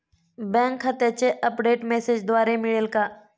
Bank खात्याचे update मेसेजद्वारे मिळेल का?